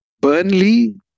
Burnley